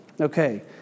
Okay